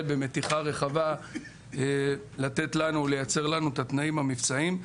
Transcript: במתיחה רחבה לייצר לנו את התנאים המבצעיים.